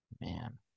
Man